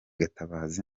gatabazi